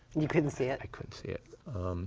you couldn't see it? i couldn't see it.